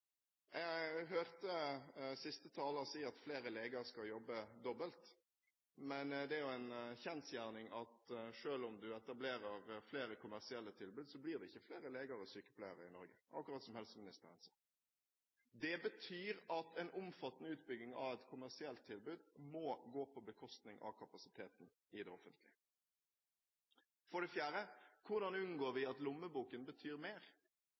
Jeg hørte siste taler si at flere leger skal jobbe dobbelt, men det er jo en kjensgjerning at selv om du etablerer flere kommersielle tilbud, blir det ikke flere leger og sykepleiere i Norge, akkurat som helseministeren sa. Det betyr at en omfattende utbygging av et kommersielt tilbud må gå på bekostning av kapasiteten i det offentlige. For det fjerde: Hvordan unngår vi at lommeboken betyr mer?